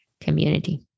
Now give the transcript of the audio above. community